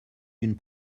d’une